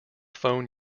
phone